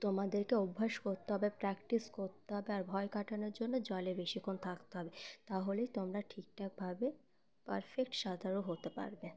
তোমাদেরকে অভ্যাস করতে হবে প্র্যাকটিস করতে হবে আর ভয় কাটানোর জন্য জলে বেশিক্ষণ থাকতে হবে তাহলেই তোমরা ঠিকঠাকভাবে পারফেক্ট সাঁতারও করতে পারবে